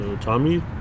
Tommy